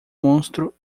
monstro